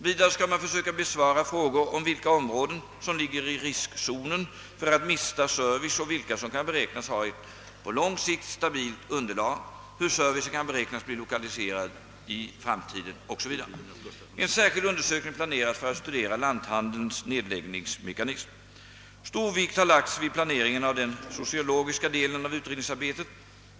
Vidare skall man försöka besvara frågor om vilka områden, som ligger i riskzonen för att mista service och vilka som kan beräknas ha ett på lång sikt stabilt underlag hur servicen kan beräknas bli lokaliserad i framtiden o.s.v. En särskild undersökning planeras för att studera lanthandelns nedläggningsmekanism. Stor vikt har lagts vid planeringen av den sociologiska delen av utredningsarbetet.